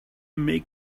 make